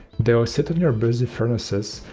they will sit on your busy furnaces,